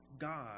God